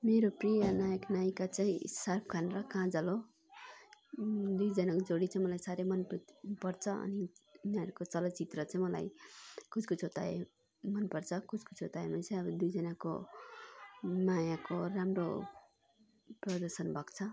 मेरो प्रिय नायक नायिका चाहिँ साहरुक खान र काजल हो दुईजनाको जोडी चाहिँ मलाई साह्रै मनपर्छ अनि यिनीहरूको चलचित्र चाहिँ मलाई कुछकुछ होता है मनपर्छ कुछकुछ होता हैमा चाहिँ दुईजनाको मायाको राम्रो प्रदर्शन भएको छ